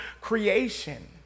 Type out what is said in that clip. creation